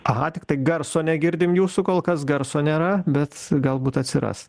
aha tiktai garso negirdim jūsų kol kas garso nėra bet galbūt atsiras